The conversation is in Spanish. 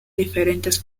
diferentes